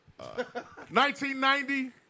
1990